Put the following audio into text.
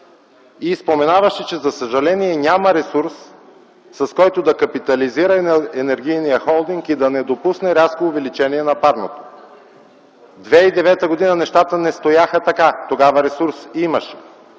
и споменаваше, че, за съжаление, няма ресурс, с който да капитализира Енергийния холдинг и да не допусне рязко увеличение на парното. В 2009 г. нещата не стояха така. Тогава имаше